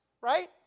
Right